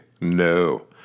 No